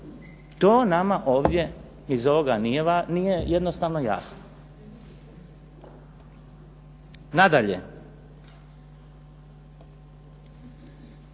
to nama ovdje iz ovoga nije jednostavno jasno. Nadalje,